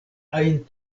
ajn